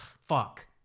fuck